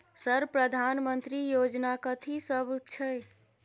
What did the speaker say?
Sir प्रधानमंत्री योजना कथि सब छै?